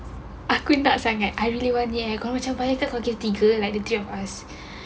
aku nak sangat I'm only want the account macam paling kita tiga like the three of us